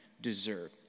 deserve